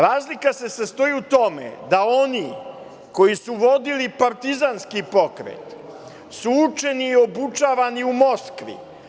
Razlika se sastoji u tome da oni koji su vodili partizanski pokret su učeni i obučavani u Moskvi.